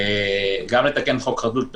גם לתקן חוק חדלות פירעון.